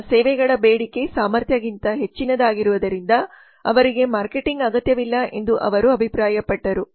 ತಮ್ಮ ಸೇವೆಗಳ ಬೇಡಿಕೆ ಸಾಮರ್ಥ್ಯಕ್ಕಿಂತ ಹೆಚ್ಚಿನದಾಗಿರುವುದರಿಂದ ಅವರಿಗೆ ಮಾರ್ಕೆಟಿಂಗ್ ಅಗತ್ಯವಿಲ್ಲ ಎಂದು ಅವರು ಅಭಿಪ್ರಾಯಪಟ್ಟರು